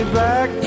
back